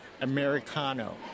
americano